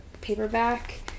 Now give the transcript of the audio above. paperback